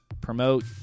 Promote